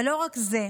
ולא רק זה,